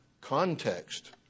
context